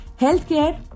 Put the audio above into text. healthcare